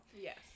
Yes